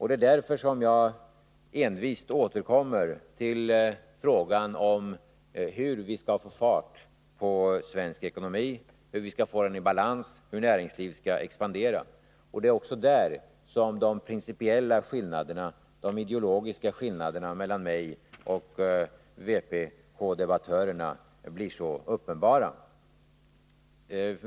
Det är därför som jag envist återkommer till frågan om hur vi skall få fart på den svenska ekonomin, hur vi skall få den i balans och hur näringslivet skall expandera. Det är också där som de principiella skillnaderna, de ideologiska skillnaderna mellan mig och vpk-debattörerna blir så uppenbara.